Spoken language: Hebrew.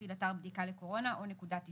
כמפעיל אתר בדיקה לקורונה או נקודת איסוף,